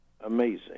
amazing